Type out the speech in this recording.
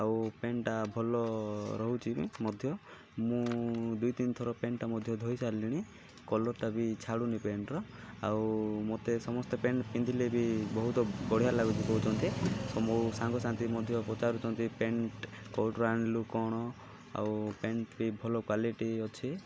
ଆଉ ପେଣ୍ଟ୍ଟା ଭଲ ରହୁଛି ବି ମଧ୍ୟ ମୁଁ ଦୁଇ ତିନିଥର ପ୍ୟାଣ୍ଟ୍ଟା ମଧ୍ୟ ଧୋଇସାରିଲଣି କଲର୍ଟା ବି ଛାଡ଼ୁନି ପ୍ୟାଣ୍ଟ୍ର ଆଉ ମତେ ସମସ୍ତେ ପ୍ୟାଣ୍ଟ୍ ପିନ୍ଧିଲେ ବି ବହୁତ ବଢ଼ିଆ ଲାଗୁଛି କହୁଛନ୍ତି ମୋ ସାଙ୍ଗସାଥି ମଧ୍ୟ ପଚାରୁଛନ୍ତି ପ୍ୟାଣ୍ଟ୍ କେଉଁଠାରୁ ଆଣିଲୁ କ'ଣ ଆଉ ପ୍ୟାଣ୍ଟ୍ ବି ଭଲ କ୍ୱାଲିଟି ଅଛି